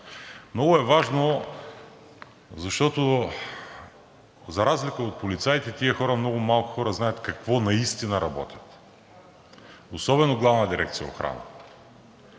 Много е важно, защото за разлика от полицаите тези хора – много малко хора знаят какво наистина работят, особено Главна дирекция „Охрана“.